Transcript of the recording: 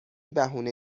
بهونه